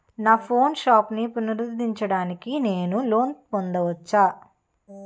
నా పాన్ షాప్ని పునరుద్ధరించడానికి నేను లోన్ పొందవచ్చా?